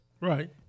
Right